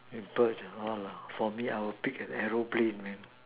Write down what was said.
a bird !wah! for me I will pick a aeroplane man